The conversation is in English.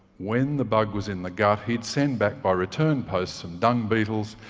when the bug was in the gut, he'd send back by return post some dung beetles.